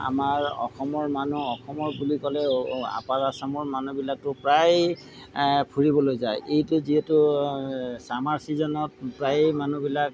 আমাৰ অসমৰ মানুহ অসমৰ বুলি ক'লে আপাৰ আচামৰ মানুহবিলাকতো প্ৰায় ফুৰিবলৈ যায় এইটো যিহেতু চামাৰ ছিজনত প্ৰায়েই মানুহবিলাক